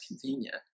convenient